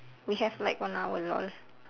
we have like one hour lol